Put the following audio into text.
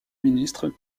ministres